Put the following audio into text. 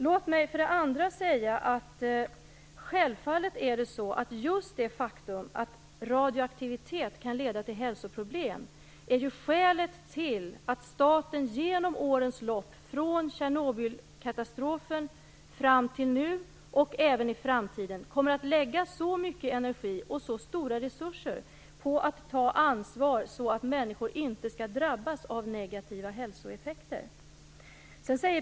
Låt mig för det andra säga att just det faktum att radioaktivitet kan leda till hälsoproblem självfallet är skälet till att staten genom årens lopp, från Tjernobylkatastrofen fram till nu och även i framtiden, kommer att lägga mycket energi och stora resurser på att ta ansvar, så att människor inte skall drabbas av negativa hälsoeffekter.